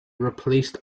replaced